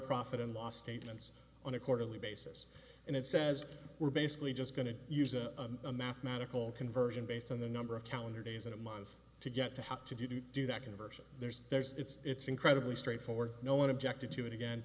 profit and loss statements on a quarterly basis and it says we're basically just going to use a mathematical conversion based on the number of calendar days in a month to get to have to do to do that conversion there's there's it's incredibly straightforward no one objected to it again